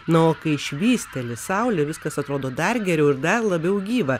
na o kai švysteli saulė viskas atrodo dar geriau ir dar labiau gyva